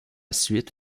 suite